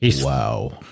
Wow